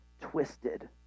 twisted